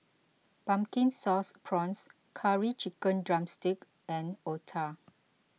Pumpkin Sauce Prawns Curry Chicken Drumstick and Otah